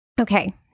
Okay